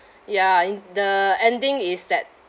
ya and the ending is that